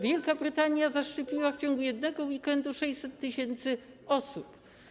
Wielka Brytania zaszczepiła w ciągu jednego weekendu 600 tys. osób.